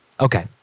Okay